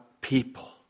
people